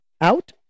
out